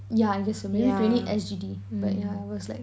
yeah I guess so maybe twenty S_G_D but yeah it was like